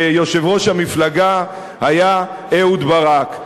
ויושב-ראש המפלגה היה אהוד ברק.